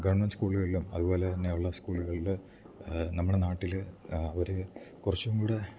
government സ്കൂള്കൾളും അതുപോലെ തന്നെയൊള്ള സ്കൂള്കൾള് നമ്മടെ നാട്ടില് ഒര് കൊറച്ചുങ്കൂടെ